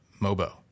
mobo